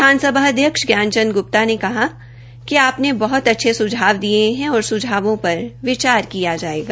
विधानसभा अध्यक्ष ज्ञान चंद ग्प्ता ने कहा कि आपने बहत अच्छे सुझाव दिये है और सुझावों पर विचार किया जायेगा